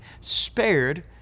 spared